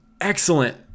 excellent